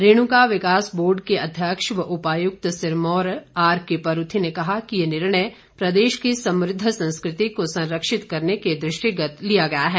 रेणुका विकास बोर्ड के अध्यक्ष व उपायुक्त सिरमौर आरके परूथी ने कहा कि ये निर्णय प्रदेश की समृद्ध संस्कृति को संरक्षित करने के दृष्टिगत लिया गया है